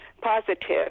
positive